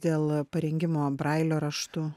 dėl parengimo brailio raštu